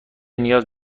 نیاز